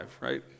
right